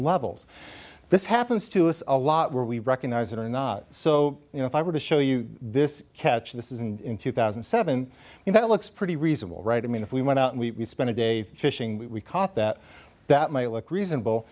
levels this happens to us a lot where we recognise it or not so you know if i were to show you this catch this is in two thousand and seven and that looks pretty reasonable right i mean if we went out and we spent a day fishing we caught that that might look reasonable